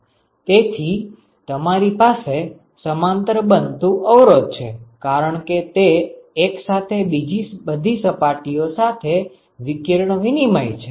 તેથી તમારી પાસે સમાંતર બનતું અવરોધ છે કારણ કે તે એક સાથે બીજી બધી સપાટીઓ સાથે વિકિરણ વિનિમય છે